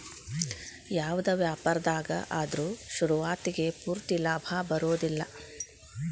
ಯಾವ್ದ ವ್ಯಾಪಾರ್ದಾಗ ಆದ್ರು ಶುರುವಾತಿಗೆ ಪೂರ್ತಿ ಲಾಭಾ ಬರೊದಿಲ್ಲಾ